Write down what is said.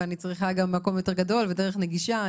ואני צריכה מקום יותר גדול ודרך נגישה.